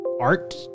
art